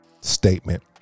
statement